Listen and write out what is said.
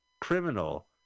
criminal